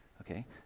okay